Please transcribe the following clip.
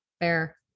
Fair